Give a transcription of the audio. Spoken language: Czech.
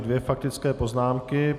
Dvě faktické poznámky.